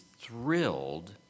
thrilled